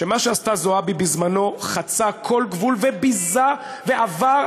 שמה שעשתה זועבי בזמנו חצה כל גבול וביזה ועבר,